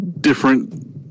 different